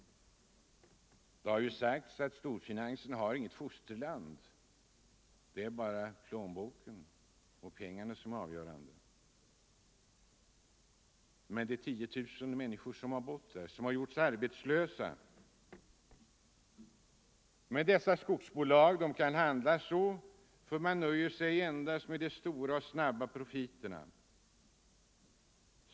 Det har ju sagts att storfinansen har inget fosterland — det är bara plånboken och pengarna som är avgörande. Man tänker inte på de tiotusentals människor som bor i dessa trakter och som gjorts arbetslösa. Men dessa skogsbolag kan handla så, för de nöjer sig endast med de stora och snabba profiterna.